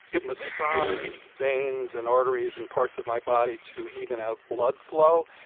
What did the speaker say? it massaged veins and arteries and parts of my body to even out blood flow.